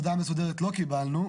הודעה מסודרת לא קיבלנו,